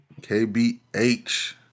KBH